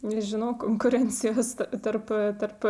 nežinau konkurencijos tarp tarp